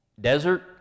desert